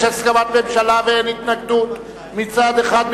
יש הסכמת ממשלה ואין התנגדות מצד אחד,